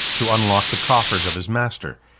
to unlock the coffers of his master,